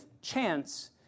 chance